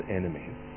enemies